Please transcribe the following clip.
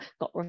got